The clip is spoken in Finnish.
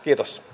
kiitos